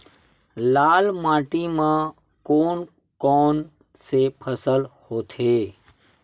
लाल माटी म कोन कौन से फसल होथे?